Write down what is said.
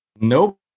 nope